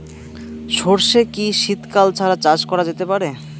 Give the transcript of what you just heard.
সর্ষে কি শীত কাল ছাড়া চাষ করা যেতে পারে?